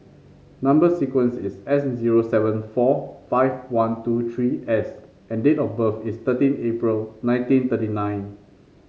number sequence is S zero seven four five one two three S and date of birth is thirteen April nineteen thirty nine